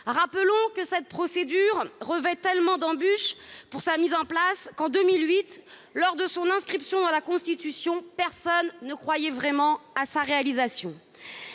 en oeuvre de cette procédure revêt tellement d'embûches que, en 2008, lors de son inscription dans la Constitution, personne ne croyait vraiment à sa réalisation.